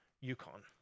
Yukon